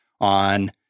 on